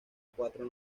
cuatro